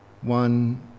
one